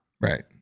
Right